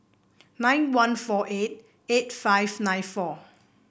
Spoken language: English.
nine one four eight eight five nine four